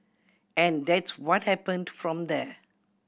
and that's what happened from there